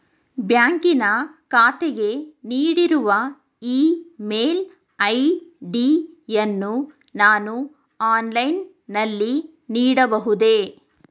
ಬ್ಯಾಂಕಿನ ಖಾತೆಗೆ ನೀಡಿರುವ ಇ ಮೇಲ್ ಐ.ಡಿ ಯನ್ನು ನಾನು ಆನ್ಲೈನ್ ನಲ್ಲಿ ನೀಡಬಹುದೇ?